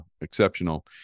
exceptional